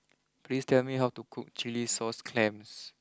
please tell me how to cook Chilli Sauce Clams